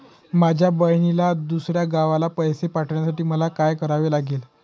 माझ्या बहिणीला दुसऱ्या गावाला पैसे पाठवण्यासाठी मला काय करावे लागेल?